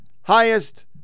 highest